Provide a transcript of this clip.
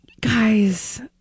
Guys